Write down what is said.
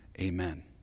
amen